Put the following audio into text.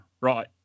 right